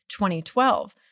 2012